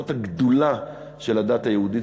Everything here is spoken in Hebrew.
זאת הגדולה של הדת היהודית,